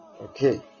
okay